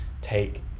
take